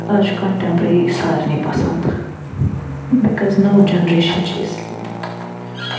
آز چھُ کَنٹیٚمپریٚری سارنے پَسَنٛد بِکَز نٔو جَنریشَن چھِ اِسلیے